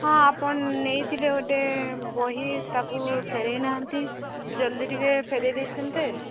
ହଁ ଆପଣ ନେଇଥିଲେ ଗୋଟେ ବହି ତାକୁ ଫେରେଇ ନାହାନ୍ତି ଜଲ୍ଦି ଟିକେ ଫେରେଇ ଦେଇଥାଆନ୍ତେ